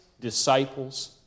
disciples